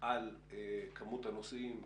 על כמות הנוסעים,